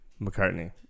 McCartney